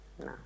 no